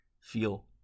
Feel